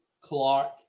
Clark